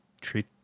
treat